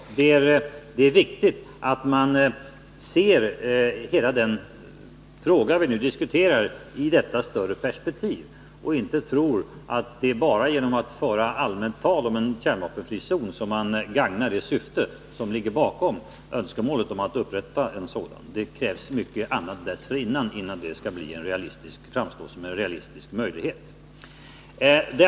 Det är viktigt att man ser hela den fråga vi nu diskuterar i detta större perspektiv och inte tror att det bara är genom att föra allmänt tal om en kärnvapenfri zon som man gagnar det syfte som ligger bakom önskemålet om att upprätta en sådan. Det krävs mycket annat innan det skall framstå som en realistisk möjlighet.